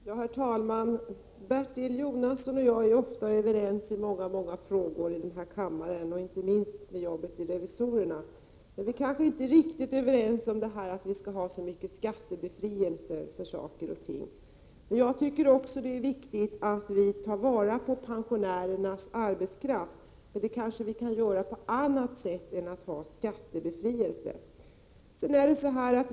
Herr talman! Bertil Jonasson och jag är ofta överens. Det gäller i väldigt många frågor i denna kammare och, inte minst, i jobbet när det gäller riksdagens revisorer. Men vi är kanske inte riktigt överens om att det skall vara så mycket skattebefrielse för saker och ting. Även jag tycker dock att det är viktigt att vi tar vara på den arbetskraft som pensionärerna utgör. Men det kanske vi kan göra även om det inte blir fråga om skattebefrielse.